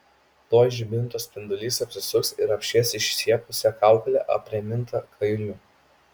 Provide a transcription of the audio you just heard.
tuoj žibinto spindulys apsisuks ir apšvies išsišiepusią kaukolę aprėmintą kailiu